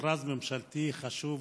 מכרז ממשלתי חשוב